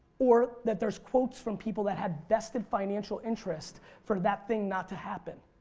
or that there's quotes from people that have vested financial interest for that thing not to happen.